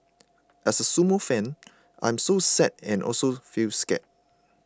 as a sumo fan I am so sad and also feel scared